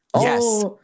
Yes